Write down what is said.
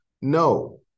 No